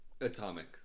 Atomic